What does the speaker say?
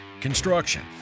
construction